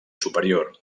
superior